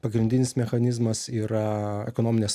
pagrindinis mechanizmas yra ekonominės